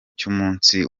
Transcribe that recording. cy’umunsi